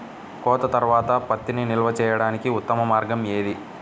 కోత తర్వాత పత్తిని నిల్వ చేయడానికి ఉత్తమ మార్గం ఏది?